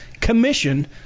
commission